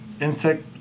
insect